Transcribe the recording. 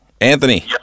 Anthony